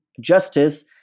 justice